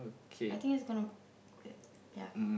I think it's gonna yeah